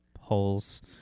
holes